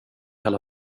kalla